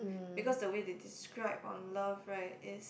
because the way they describe on love right is